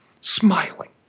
smiling